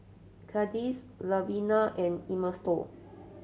Candis Luvenia and Ernesto